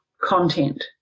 content